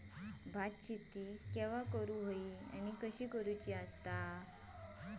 भात शेती केवा करूची आणि कशी करुची?